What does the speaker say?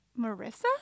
Marissa